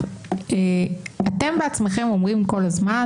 הליכוד הכניס לבניין הזה את קמפיין שמאלנים בוגדים,